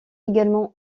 également